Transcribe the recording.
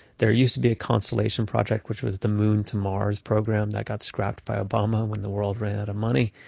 there used to be a constellation project which was the moon to mars program that got scrapped by obama when the world ran out of money.